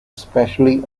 especially